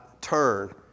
turn